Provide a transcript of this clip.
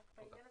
תודה.